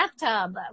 bathtub